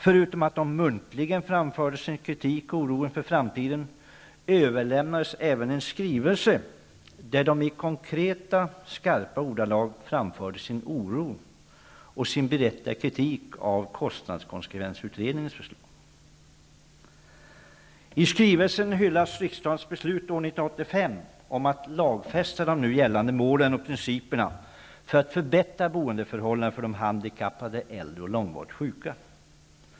Förutom att de muntligen framförde sin kritik och oro inför framtiden, överlämnades även en skrivelse där de i konkreta skarpa ordalag framförde sin oro och sin berättigade kritik av kostnadskonsekvensutredningens förslag. I skrivelsen hyllas riksdagens beslut år 1985 om att lagfästa de nu gällande målen och principerna för att förbättra boendeförhållandena för de handikappade, äldre och långvarigt sjuka.